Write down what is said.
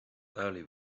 early